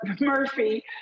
Murphy